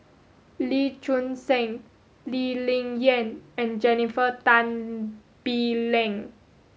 Lee Choon Seng Lee Ling Yen and Jennifer Tan Bee Leng